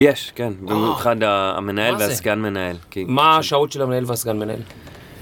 יש, כן, במיוחד המנהל והסגן מנהל. מה השעות של המנהל והסגן מנהל?